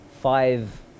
five